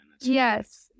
yes